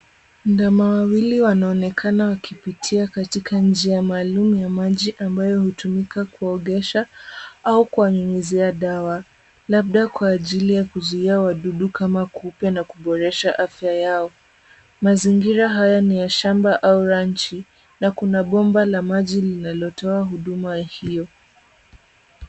Ndama wawili wanaonekana wakipitia njia maalum ya maji ambayo hutumika kuogesha au kuwanyunyizia dawa, labda kwa ajili ya kuzuia wadudu kama kupe na kuboresha afya yao. Mazingira haya ni ya shamba au ranchi na kuna bomba la maji linalotoa huduma hiyo.